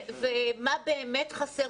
לראות מה באמת חסר.